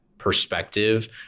perspective